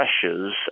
pressures